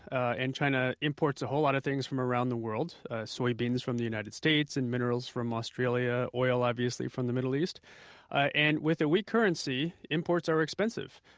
and china imports a whole lot of things from around the world soy beans from the united states, and minerals from australia, oil obviously from the middle east ah and with a weak currency, imports are expensive.